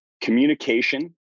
Communication